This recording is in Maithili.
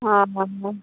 हँ